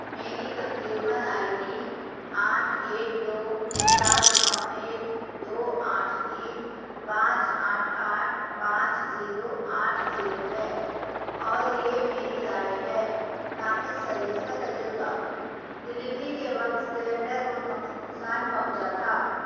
میری consumer I D آٹھ ایک دو چار نو ایک دو آٹھ تین پانچ آٹھ آٹھ پانچ زیرو آٹھ زیرو ہے اور یہ میری رائے ہے ناقص سروس کا تجربہ ڈیلیوری کے وقت سلنڈر کو نقصان پہنچا تھا